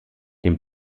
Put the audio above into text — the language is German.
dem